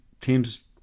teams